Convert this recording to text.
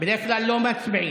בדרך כלל לא מצביעים,